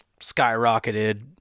skyrocketed